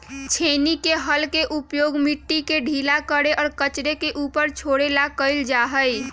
छेनी के हल के उपयोग मिट्टी के ढीला करे और कचरे के ऊपर छोड़े ला कइल जा हई